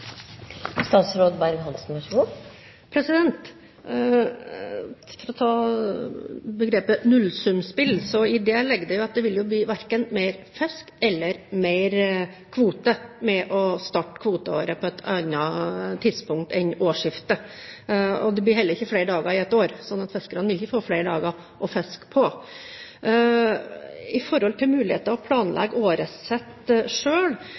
For å ta begrepet nullsumspill, ligger det jo i det at det verken vil bli mer fisk eller mer kvote ved å starte kvoteåret på et annet tidspunkt enn ved årsskiftet. Det blir heller ikke flere dager i et år, så fiskerne vil ikke få flere dager å fiske på. Så til muligheter for å